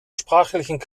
sprachlichen